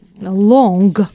long